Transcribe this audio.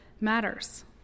Matters